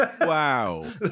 Wow